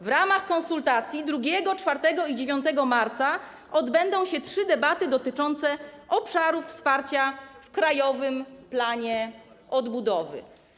W ramach konsultacji 2, 4 i 9 marca odbędą się trzy debaty dotyczące obszarów wsparcia w Krajowym Planie Odbudowy.